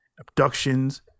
abductions